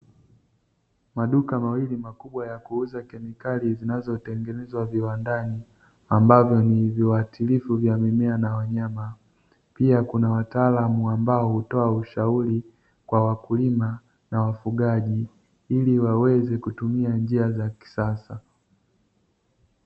Maduka mawili makubwa yakuuza kemikali zinazotengenezwa viwandani ambavyo ni viwatilifu vya mimea na wanyama. Pia Kuna wataalamu wanaotoa ushauri kwa wakulima na wafugaji ili waweze kutumika njia za kisasa.